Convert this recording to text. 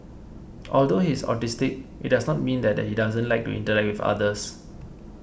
although he is autistic it does not mean that he doesn't like to interact with others